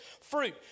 fruit